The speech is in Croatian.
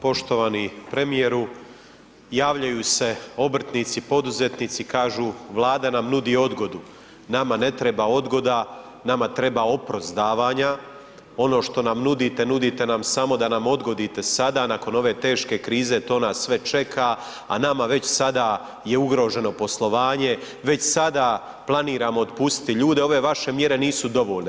Poštovani premijeru, javljaju se obrtnici, poduzetnici, kažu Vlada nam nudi odgodu, nama ne treba odgoda, nama treba oprost davanja, ono što nam nudite, nudite nam samo da odgodite sada nakon ove teške krize to nas sve čeka, a nama već sada je ugroženo poslovanje, već sada planiramo otpustiti ljude, ove vaše mjere nisu dovoljne.